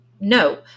no